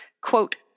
quote